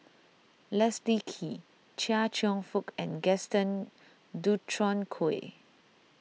Leslie Kee Chia Cheong Fook and Gaston Dutronquoy